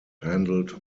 handled